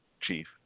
Chief